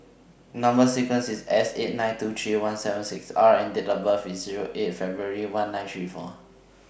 Number sequence IS S eight nine two three one seven six R and Date of birth IS Zero eight February one nine three four